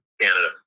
Canada